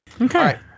Okay